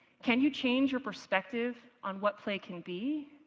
can you change your perspective on what play can be?